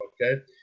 okay